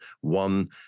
One